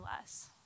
less